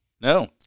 No